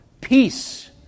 peace